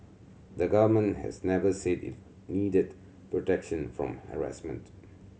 the Government has never said it needed protection from harassment